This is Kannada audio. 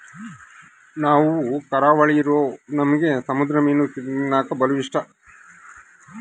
ನಾವು ಕರಾವಳಿರೂ ನಮ್ಗೆ ಸಮುದ್ರ ಮೀನು ತಿನ್ನಕ ಬಲು ಇಷ್ಟ